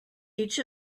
each